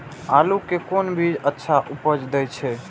आलू के कोन बीज अच्छा उपज दे छे?